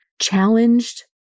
challenged